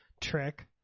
trick